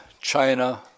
China